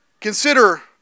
Consider